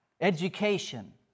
education